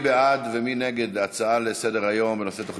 מי בעד ומי נגד העברת ההצעות לסדר-היום בנושא: תוכנית